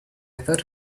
thought